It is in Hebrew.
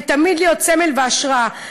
ותמיד להיות סמל והשראה.